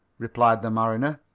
replied the mariner.